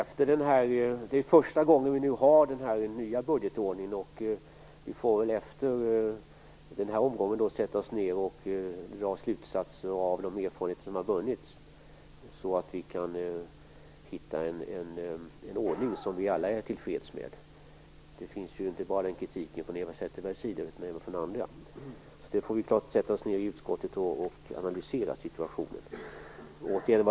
Herr talman! Detta är första gången som vi tillämpar den nya budgetordningen. Sedan får vi dra slutsatser av de erfarenheter som har vunnits så att vi kan hitta en ordning som vi alla är till freds med. Det är ju inte bara Eva Zetterberg som har framfört kritik utan det är det också andra som har gjort. Vi får sätta oss ned i utskottet och analysera situationen.